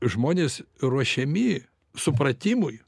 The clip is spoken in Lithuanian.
žmonės ruošiami supratimui